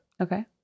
Okay